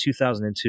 2002